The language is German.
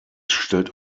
stellt